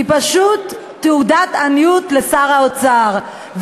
היא פשוט תעודת עניות לשר האוצר.